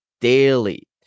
daily